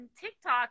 TikTok